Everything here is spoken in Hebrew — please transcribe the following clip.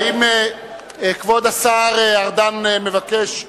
האם כבוד השר ארדן מבקש לדבר?